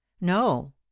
No